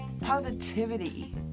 positivity